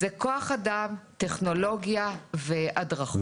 זה כוח אדם, טכנולוגיה והדרכות.